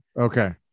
Okay